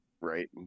right